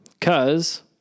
cause